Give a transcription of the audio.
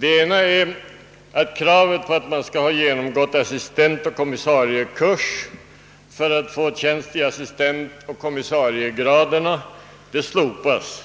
Den ena innebär att kravet på att man skall ha genomgått assistentoch kommissariekurs för att få tjänst i assistentoch kommissariegraderna slopas.